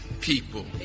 people